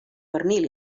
pernil